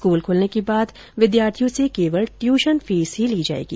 school खुलने के बाद विद्यार्थियों से केवल ट्यूशन फीस ही ली जाएगी